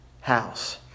house